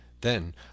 Then